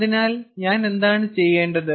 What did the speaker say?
അതിനാൽ ഞാൻ എന്താണ് ചെയ്യേണ്ടത്